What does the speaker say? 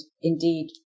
indeed